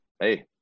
hey